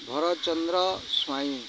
Bharat Chandra Swain